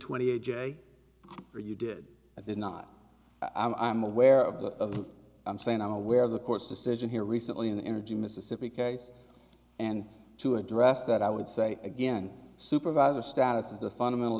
twenty a j or you did i did not i'm aware of the i'm saying i'm aware of the court's decision here recently in the energy mississippi case and to address that i would say again supervisor status is a fundamental